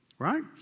Right